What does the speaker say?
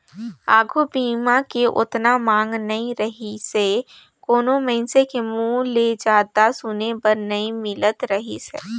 आघू बीमा के ओतना मांग नइ रहीसे कोनो मइनसे के मुंहूँ ले जादा सुने बर नई मिलत रहीस हे